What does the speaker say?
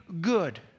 good